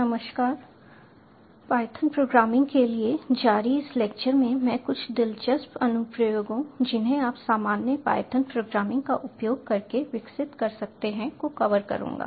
नमस्कार Python programming के लिए जारी इस लेक्चर में मैं कुछ दिलचस्प अनुप्रयोगों जिन्हें आप सामान्य पायथन प्रोग्रामिंग का उपयोग करके विकसित कर सकते हैं को कवर करूंगा